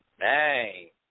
Hey